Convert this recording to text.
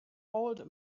old